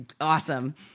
awesome